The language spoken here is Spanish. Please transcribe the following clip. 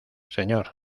señor